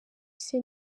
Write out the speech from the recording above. ese